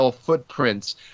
footprints